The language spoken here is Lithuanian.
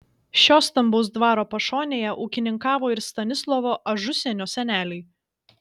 šio stambaus dvaro pašonėje ūkininkavo ir stanislovo ažusienio seneliai